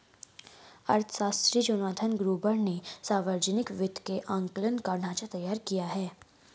अर्थशास्त्री Jonathan Gruber ने सावर्जनिक वित्त के आंकलन का ढाँचा तैयार किया है